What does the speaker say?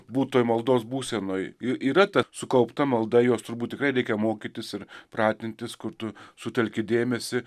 būt toj maldos būsenoj i yra ta sukaupta malda jos turbūt tikrai reikia mokytis ir pratintis kur tu sutelki dėmesį